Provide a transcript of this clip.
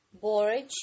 borage